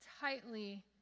tightly